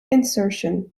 insertion